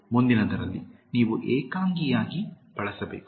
ಮುಂದಿನದರಲ್ಲಿ ನೀವು ಏಕಾಂಗಿಯಾಗಿ ಬಳಸಬೇಕು